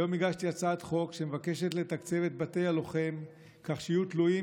היום הגשתי הצעת חוק שמבקשת לתקצב את בתי הלוחם כך שיהיו תלויים